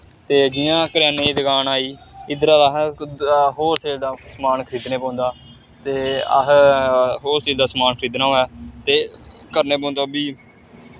ते जि'यां करेआने दी दकान आई इद्धरा दा असें होल सेल दा समान खरीदने पौंदा ते असें होल सेल दा समान खरीदना होए ते करने पौंदा ओह् बी